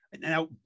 Now